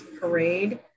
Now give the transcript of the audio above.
parade